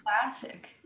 classic